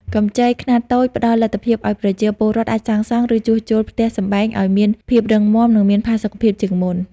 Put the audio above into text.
កម្ចីខ្នាតតូចផ្ដល់លទ្ធភាពឱ្យប្រជាពលរដ្ឋអាចសាងសង់ ឬជួសជុលផ្ទះសម្បែងឱ្យមានភាពរឹងមាំ និងមានផាសុកភាពជាងមុន។